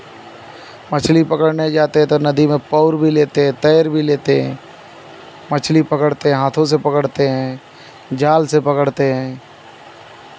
मछली पकड़ने जाते हैं तो नदी में पौर भी लेते हैं तैर भी लेते हैं मछली पकड़ते हैं हाथों से पकड़ते हैं जाल से पकड़ते हैं